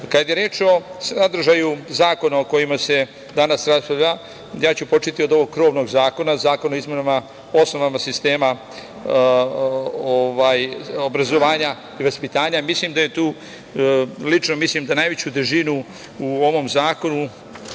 je reč o sadržaju zakona o kojima se danas raspravlja, ja ću početi od ovog krovnog zakona, Zakona o izmenama osnova sistema obrazovanja i vaspitanja. Lično mislim da najveću težinu u ovom zakonu